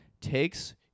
takes